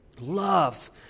Love